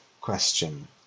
question